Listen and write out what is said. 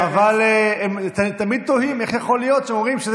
הם תמיד תוהים איך יכול להיות שאומרים שזה